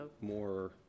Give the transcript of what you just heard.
more